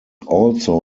also